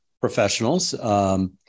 professionals